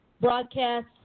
broadcast